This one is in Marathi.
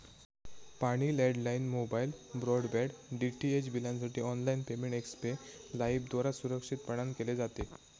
पाणी, लँडलाइन, मोबाईल, ब्रॉडबँड, डीटीएच बिलांसाठी ऑनलाइन पेमेंट एक्स्पे लाइफद्वारा सुरक्षितपणान केले जाते